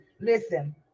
Listen